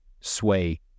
sway